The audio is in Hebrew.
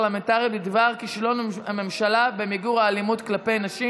שלא לכלול את הנושא